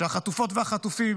שהחטופות והחטופים